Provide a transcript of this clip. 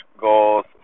goals